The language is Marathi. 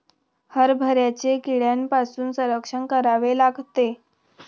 हरभऱ्याचे कीड्यांपासून संरक्षण करावे लागते